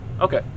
okay